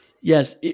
Yes